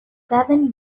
seven